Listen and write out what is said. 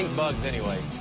bugs anyway.